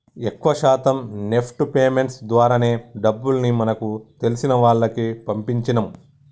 ఎక్కువ శాతం NEFT payments ద్వారానే డబ్బుల్ని మాకు తెలిసిన వాళ్లకి పంపించినం